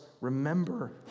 remember